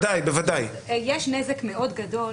יש נזק מאוד גדול